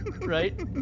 Right